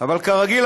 אבל כרגיל,